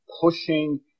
pushing